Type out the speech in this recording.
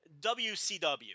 WCW